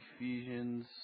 Ephesians